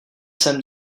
jsem